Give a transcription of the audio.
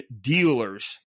dealers